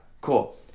cool